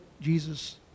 Jesus